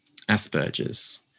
Asperger's